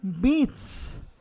beats